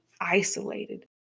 isolated